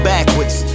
Backwards